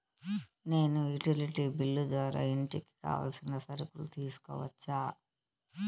నేను utility bill ద్వారా ఇంటికి కావాల్సిన సరుకులు తీసుకోవచ్చా?